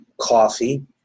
Coffee